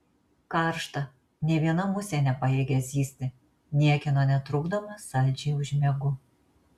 karšta nė viena musė nepajėgia zyzti niekieno netrukdomas saldžiai užmiegu